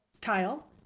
tile